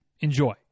enjoy